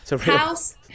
House